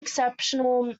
exceptional